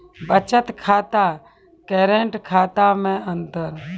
बचत खाता करेंट खाता मे अंतर?